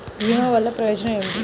భీమ వల్లన ప్రయోజనం ఏమిటి?